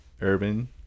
urban